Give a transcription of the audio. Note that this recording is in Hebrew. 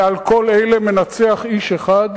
ועל כל אלה מנצח איש אחד,